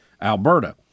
Alberta